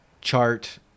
chart